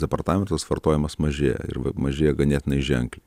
departamentas vartojimas mažėja ir va mažėja ganėtinai ženkliai